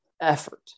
effort